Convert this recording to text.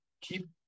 keep